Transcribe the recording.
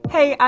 Hey